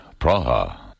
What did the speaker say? Praha